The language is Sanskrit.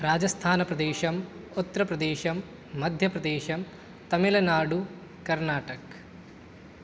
राजस्थानप्रदेशम् उत्तरप्रदेशम् मध्यप्रदेशम् तमिलनाडु कर्नाटक्